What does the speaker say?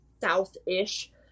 south-ish